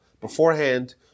Beforehand